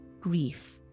grief